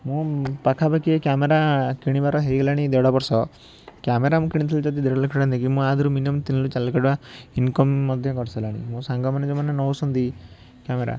ମୁଁ ପାଖାପାଖି ଏ କ୍ୟାମେରା କିଣିବାର ହେଇଗଲାଣି ଦେଢ଼ବର୍ଷ କ୍ୟାମେରା ମୁଁ କିଣିଥିଲି ଯଦି ଦେଢ଼ଲକ୍ଷ ଟଙ୍କା ଦେଇକି ମୁଁ ୟା ଦେହରୁ ମିନିମମ ତିନିଲକ୍ଷ ଚାରିଲକ୍ଷ ଟଙ୍କା ଇନକମ୍ ମଧ୍ୟ କରିସାରିଲିଣି ମୋ ସାଙ୍ଗମାନେ ଯେଉଁମାନେ ନେଉଛନ୍ତି କ୍ୟାମେରା